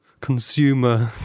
consumer